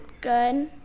good